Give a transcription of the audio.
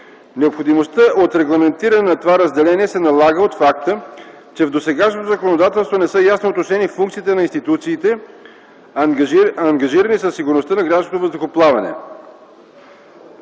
Необходимостта от регламентиране на това разделение се налага от факта, че в досегашното законодателство не са ясно уточнени функциите на институциите, ангажирани със сигурността в гражданското въздухоплаване.